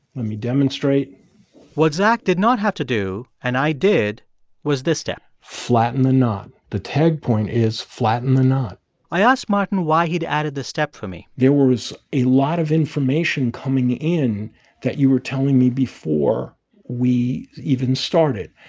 let me demonstrate what zach did not have to do and i did was this step flatten the knot. the tag point is flatten the knot i asked martin why he'd added the step for me there was a lot of information coming in that you were telling me before we even started.